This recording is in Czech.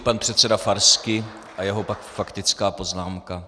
Pan předseda Farský a jeho faktická poznámka.